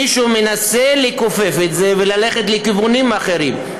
מישהו מנסה לכופף את זה וללכת לכיוונים אחרים.